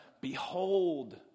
behold